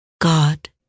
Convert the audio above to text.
God